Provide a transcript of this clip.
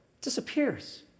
disappears